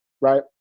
right